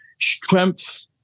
strength